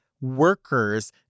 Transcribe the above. workers